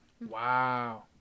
Wow